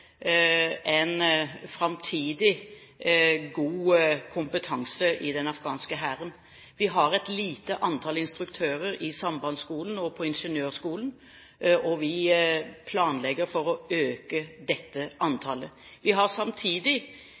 en framtidig god kompetanse i den afghanske hæren. Vi har et lite antall instruktører i sambandsskolen og på ingeniørskolen, og vi planlegger for å øke dette antallet. Vi har samtidig